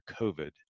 COVID